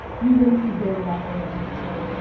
we wouldn't be here without their love and support.